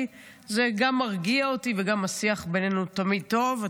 כי זה גם מרגיע אותי וגם השיח בינינו תמיד טוב.